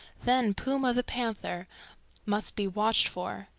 then puma the panther must be watched for,